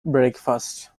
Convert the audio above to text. breakfast